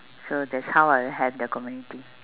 so that's how I help the community